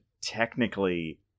technically